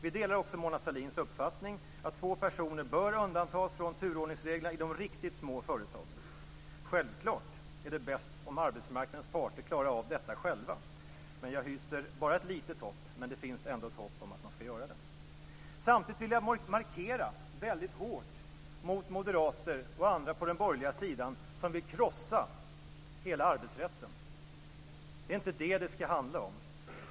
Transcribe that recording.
Vi delar också Mona Sahlins uppfattning att två personer bör undantas från turordningsreglerna i de riktigt små företagen. Självklart är det bäst om arbetsmarknadens parter klarar av detta själva, men jag hyser bara ett litet hopp om det, men det finns ändå ett hopp om att de skall göra det. Samtidigt vill jag markera väldigt hårt mot moderater och andra på den borgerliga sidan som vill krossa hela arbetsrätten. Det är inte det som det skall handla om.